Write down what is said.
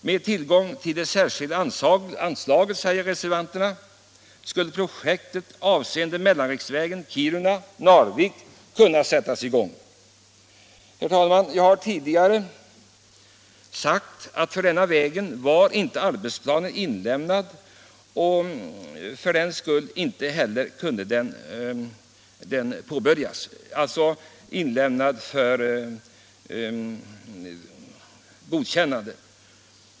”Med tillgång till det angivna anslaget”, säger reservanterna, ”skulle projektet avseende mellanriksvägen Kiruna-Narvik kunna sättas i gång ---.” Jag har tidigare sagt att för denna väg var ingen arbetsplan inlämnad för godkännande, och för den skull kunde den inte påbörjas.